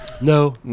No